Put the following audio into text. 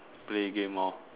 play game hor